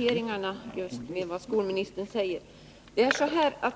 februari 1982 re.